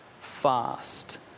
fast